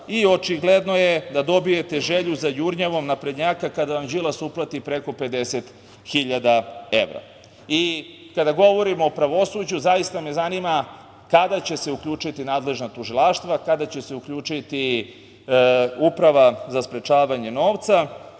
i očigledno je da dobijete želju za jurnjavom naprednjaka kada vam Đilas uplati preko 50.000 evra. Kada govorimo o pravosuđu, zaista me zanima kada će se uključiti nadležna tužilaštva, kada će se uključiti Uprava za sprečavanje novca,